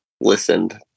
listened